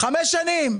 חמש שנים,